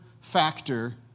factor